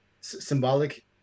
symbolic